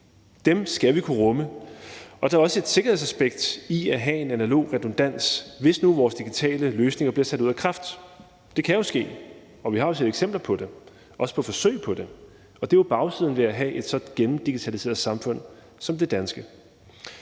Dem skal vi kunne rumme. Der er også et sikkerhedsaspekt i at have en analog redundans, hvis nu vores digitale løsninger bliver sat ud af kraft. Det kan jo ske, og vi har jo set eksempler på det, også eksempler på forsøg på det. Det er jo bagsiden ved at have et så gennemdigitaliseret samfund som det danske.